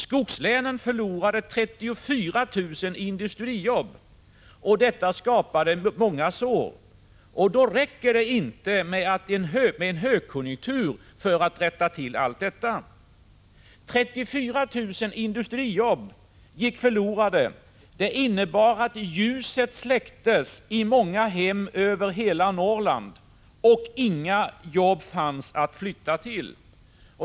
Skogslänen förlorade 34 000 industrijobb, och detta skapade många sår. Det räcker inte med en högkonjunktur för att rätta till 37 allt detta. 34 000 industrijobb gick förlorade. Det innebar att ljuset släcktes i många hem över hela Norrland, och det fanns inga jobb att flytta till.